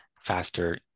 faster